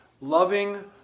loving